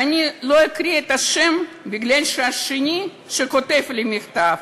ואני לא אקריא את השם מפני שהשני שכותב לי מכתב,